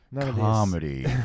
Comedy